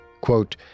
Quote